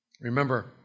Remember